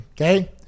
okay